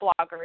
bloggers